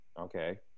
okay